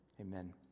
Amen